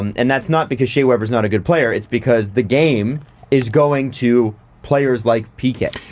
um and that's not because shea weber is not a good player, it's because the game is going to players like p. k.